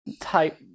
type